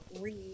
read